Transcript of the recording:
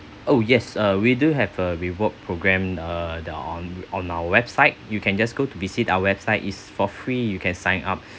oh yes uh we do have a reward program uh the on on our website you can just go to visit our website is for free you can sign up